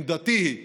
עמדתי היא